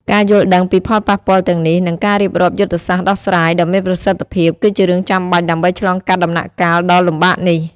ការយល់ដឹងពីផលប៉ះពាល់ទាំងនេះ និងការរៀបចំយុទ្ធសាស្ត្រដោះស្រាយដ៏មានប្រសិទ្ធភាព គឺជារឿងចាំបាច់ដើម្បីឆ្លងកាត់ដំណាក់កាលដ៏លំបាកនេះ។